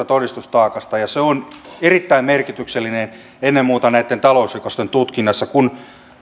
todistustaakasta ja se on erittäin merkityksellinen ennen muuta näitten talousrikosten tutkinnassa kuten